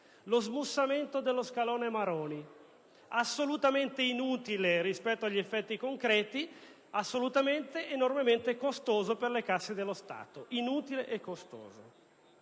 lo smussamento dello scalone Maroni, assolutamente inutile rispetto agli effetti concreti, assolutamente ed enormemente costoso per le casse dello Stato; dunque, inutile e costoso.